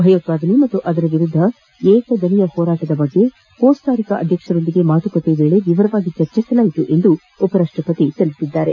ಭಯೋತ್ಪಾದನೆ ಮತ್ತು ಆದರ ವಿರುದ್ಧ ಏಕದನಿಯ ಹೋರಾಟದ ಬಗ್ಗೆ ಕೋಸ್ಟಾರಿಕಾ ಅಧ್ವಕ್ಷರ ಜತೆಗಿನ ಮಾತುಕತೆ ವೇಳೆ ವಿವರವಾಗಿ ಚರ್ಚಿಸಲಾಗಿದೆ ಎಂದು ಉಪರಾಷ್ಟಪತಿ ತಿಳಿಸಿದ್ದಾರೆ